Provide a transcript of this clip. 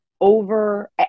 over